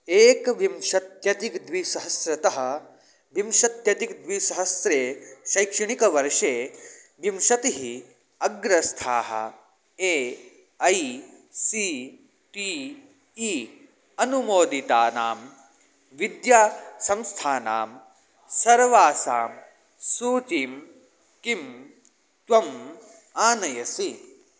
एकविंशत्यधिकद्विसहस्रतः विंशत्यधिकद्विसहस्रे शैक्षणिकवर्षे विंशतिः अग्रस्थाः A I C T E अनुमोदितानां विद्यासंस्थानां सर्वासां सूचीं किं त्वम् आनयसि